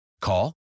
Call